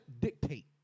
dictate